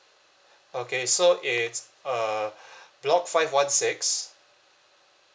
okay so it's uh block five one six